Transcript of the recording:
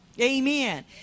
Amen